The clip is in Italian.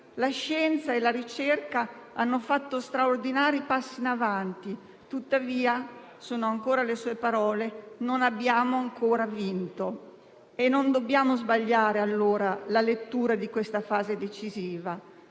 La scienza e la ricerca hanno fatto straordinari passi in avanti, tuttavia - sono le sue parole - non abbiamo ancora vinto. Non dobbiamo dunque sbagliare la lettura di questa fase decisiva.